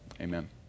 Amen